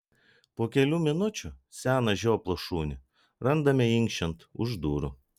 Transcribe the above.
po kelių minučių seną žioplą šunį randame inkščiant už durų